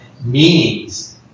meanings